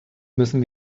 müssen